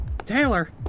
Taylor